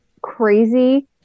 crazy